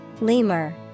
Lemur